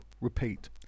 repeat